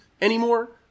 anymore